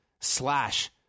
Slash